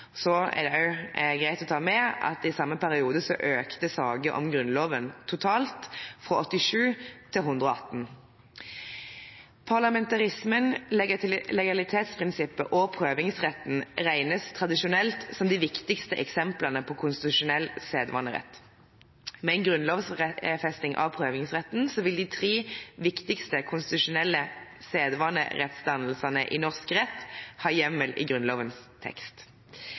Så er det også greit å ta med at i samme periode økte saker om Grunnloven totalt fra 87 til 118. Parlamentarismen, legalitetsprinsippet og prøvingsretten regnes tradisjonelt som de viktigste eksemplene på konstitusjonell sedvanerett. Med en grunnlovfesting av prøvingsretten vil de tre viktigste konstitusjonelle sedvanerettsdannelsene i norsk rett ha hjemmel i Grunnlovens tekst.